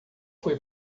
foi